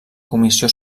comissió